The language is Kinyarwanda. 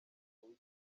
w’icyo